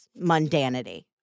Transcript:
mundanity